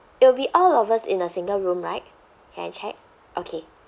it'll be all of us in a single room right can I check okay